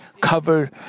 cover